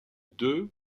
deux